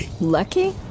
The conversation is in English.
Lucky